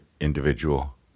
individual